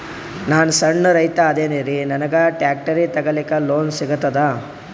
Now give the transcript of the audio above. ನಾನ್ ಸಣ್ ರೈತ ಅದೇನೀರಿ ನನಗ ಟ್ಟ್ರ್ಯಾಕ್ಟರಿ ತಗಲಿಕ ಲೋನ್ ಸಿಗತದ?